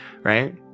Right